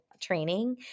training